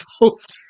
involved